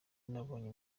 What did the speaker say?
nabonye